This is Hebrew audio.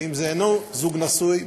ואם זה אינו זוג נשוי,